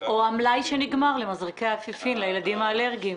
או מלאי מזרקי האפיפן שנגמר לילדים האלרגיים.